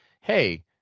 hey